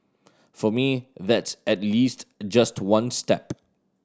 for me that's at least just one step